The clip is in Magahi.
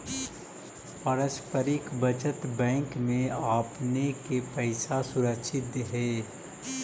पारस्परिक बचत बैंक में आपने के पैसा सुरक्षित हेअ